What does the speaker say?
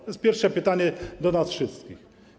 To jest pierwsze pytanie, do nas wszystkich.